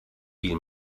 viel